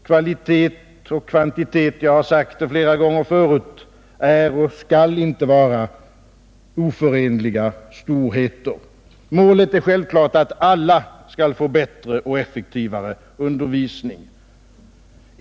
Kvalitet och kvantitet — detta har jag sagt flera gånger förut — är och skall inte vara oförenliga storheter. Målet är självfallet att alla skall få bättre och effektivare undervisning.